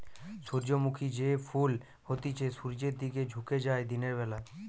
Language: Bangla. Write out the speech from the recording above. সূর্যমুখী যে ফুল হতিছে সূর্যের দিকে ঝুকে যায় দিনের বেলা